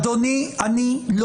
אני לא